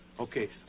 Okay